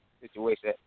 situation